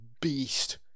beast